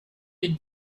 have